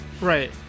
right